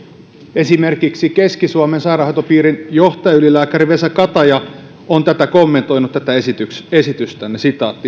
esimerkiksi keski suomen sairaanhoitopiirin johtajaylilääkäri vesa kataja on kommentoinut tätä esitystänne